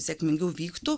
sėkmingiau vyktų